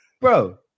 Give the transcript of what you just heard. Bro